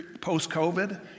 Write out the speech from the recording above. post-COVID